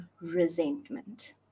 resentment